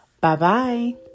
Bye-bye